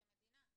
כמדינה,